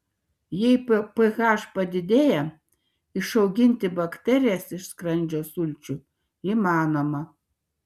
jei ph padidėja išauginti bakterijas iš skrandžio sulčių įmanoma